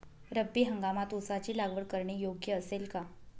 रब्बी हंगामात ऊसाची लागवड करणे योग्य असेल का?